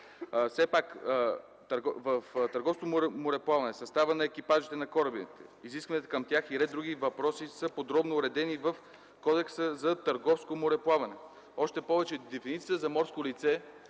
труда. В търговското мореплаване съставът на екипажите на корабите, изискванията към тях и ред други въпроси са подробно уредени в Кодекса за търговско мореплаване. Още повече дефиницията за морско лице